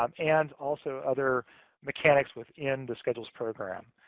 um and also, other mechanics within the schedules program.